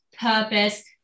purpose